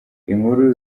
inkuru